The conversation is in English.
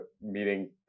meeting